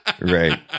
Right